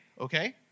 okay